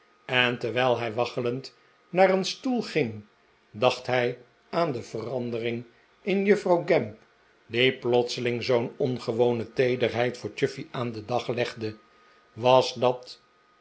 en terwijl hij waggelend naar een stoel ging dacht hij aan de verandering in juffrouw gamp die plotseling zoo'n ongewone teederheid voor chuffey aan den dag legde was dat